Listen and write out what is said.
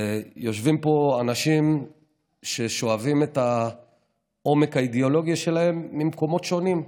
ויושבים פה אנשים ששואבים את העומק האידיאולוגי שלהם ממקומות שונים: